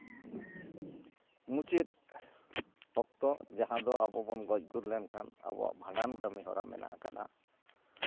ᱢᱩᱪᱟᱹᱫ ᱚᱠᱛᱚ ᱡᱟᱦᱟᱸ ᱫᱚ ᱟᱵᱚ ᱵᱚᱱ ᱜᱚᱡ ᱜᱩᱨ ᱞᱮᱱ ᱠᱷᱟᱱ ᱟᱵᱚᱣᱟᱜ ᱵᱷᱟᱸᱰᱟᱱ ᱠᱟᱹᱢᱤ ᱦᱚᱨᱟ ᱢᱮᱱᱟᱜ ᱟᱠᱟᱫᱼᱟ